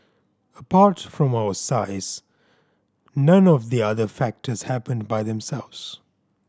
apart from our size none of the other factors happened by themselves